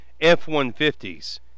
F-150s